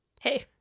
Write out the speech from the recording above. hey